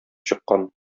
чыккан